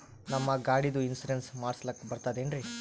ನಮ್ಮ ಗಾಡಿದು ಇನ್ಸೂರೆನ್ಸ್ ಮಾಡಸ್ಲಾಕ ಬರ್ತದೇನ್ರಿ?